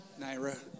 naira